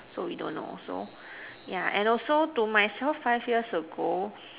so we don't know so yeah and also to myself five years ago